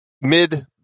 mid